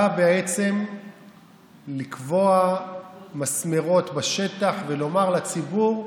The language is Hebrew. באה בעצם לקבוע מסמרות בשטח ולומר לציבור: